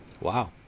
Wow